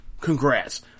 Congrats